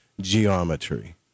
geometry